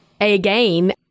Again